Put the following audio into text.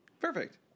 Perfect